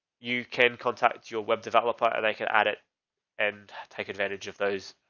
you can contact your web developer or they can add it and take advantage of those.